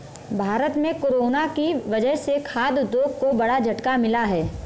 भारत में कोरोना की वजह से खाघ उद्योग को बड़ा झटका मिला है